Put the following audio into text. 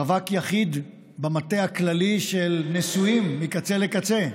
רווק יחיד במטה הכללי של נשואים מקצה לקצה,